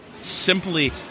Simply